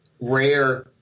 rare